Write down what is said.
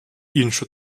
іншу